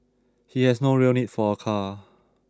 he has no real need for a car